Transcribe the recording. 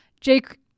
Jake